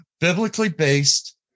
biblically-based